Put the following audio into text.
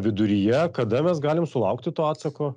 viduryje kada mes galim sulaukti to atsako